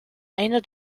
einer